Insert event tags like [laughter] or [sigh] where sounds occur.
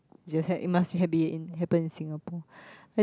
just had it must had been happen in Singapore [breath]